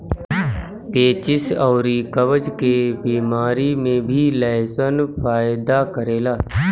पेचिस अउरी कब्ज के बेमारी में भी लहसुन फायदा करेला